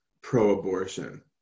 pro-abortion